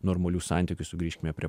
normalių santykių sugrįžkime prie